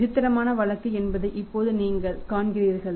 விசித்திரமான வழக்கு என்பதை இப்போது நீங்கள் காண்கிறீர்கள்